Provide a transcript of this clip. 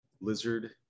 Lizard